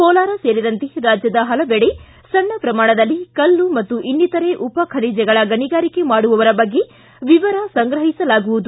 ಕೋಲಾರ ಸೇರಿದಂತೆ ರಾಜ್ಯದ ಪಲವೆಡೆ ಸಣ್ಣ ಪ್ರಮಾಣದಲ್ಲಿ ಕಲ್ಲು ಹಾಗೂ ಇನ್ನಿತರೆ ಉಪಖನಿಜಗಳ ಗಣಿಗಾರಿಕೆ ಮಾಡುವವರ ಬಗ್ಗೆ ವಿವರ ಸಂಗ್ರಹಿಸಲಾಗುವುದು